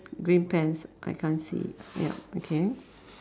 green pants I can't see it ya okay